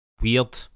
weird